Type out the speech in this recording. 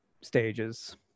stages